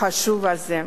חשוב זה.